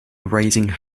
raising